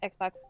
xbox